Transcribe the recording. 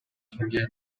кимге